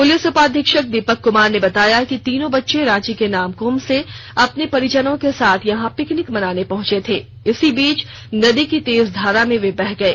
police उपाधीक्षक दीपक कुमार ने बताया कि तीनों बच्चे रांची के नामकोम से अपने परिजनों के साथ यहां पिकनिक मनाने पहुंचे थे इसी बीच नदी की तेज धारा में वे बह गये